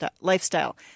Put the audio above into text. lifestyle